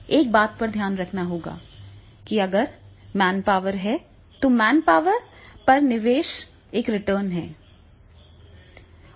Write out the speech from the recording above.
एक बात का ध्यान रखना होगा कि अगर मैनपावर है तो मैनपावर पर निवेश पर रिटर्न क्या है